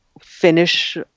finish